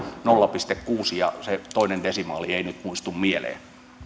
pilkku kuusi ja se toinen desimaali ei nyt muistu mieleen